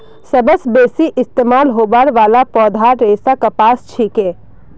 सबस बेसी इस्तमाल होबार वाला पौधार रेशा कपास छिके